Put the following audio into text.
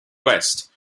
west